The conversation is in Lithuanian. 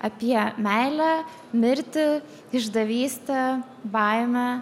apie meilę mirtį išdavystę baimę